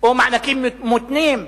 או מענקים מותנים,